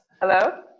Hello